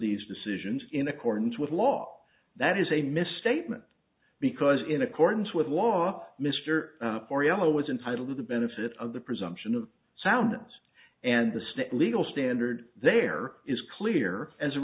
these decisions in accordance with law that is a misstatement because in accordance with law mr for e l o was entitled to the benefit of the presumption of sound and the state legal standard there is clear as a